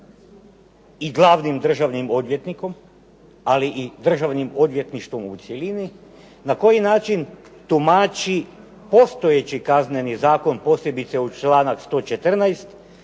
i glavnim državnim odvjetnikom, ali i Državnim odvjetništvom u cjelini na koji način tumači postojeći Kazneni zakon, posebice članak 114.